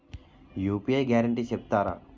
UPI guarantee చెప్తారా?